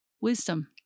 wisdom